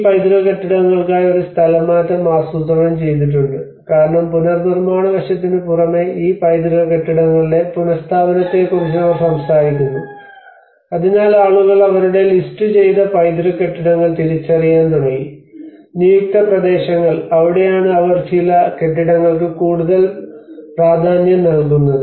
ഈ പൈതൃക കെട്ടിടങ്ങൾക്കായി ഒരു സ്ഥലംമാറ്റം ആസൂത്രണം ചെയ്തിട്ടുണ്ട് കാരണം പുനർനിർമ്മാണ വശത്തിന് പുറമെ ഈ പൈതൃക കെട്ടിടങ്ങളുടെ പുനഃസ്ഥാപനത്തെക്കുറിച്ചും അവർ സംസാരിക്കുന്നു അതിനാൽ ആളുകൾ അവരുടെ ലിസ്റ്റുചെയ്ത പൈതൃക കെട്ടിടങ്ങൾ തിരിച്ചറിയാൻ തുടങ്ങി നിയുക്ത പ്രദേശങ്ങൾ അവിടെയാണ് അവർ ചില കെട്ടിടങ്ങൾക്ക് കൂടുതൽ പ്രാധാന്യം നൽകുന്നത്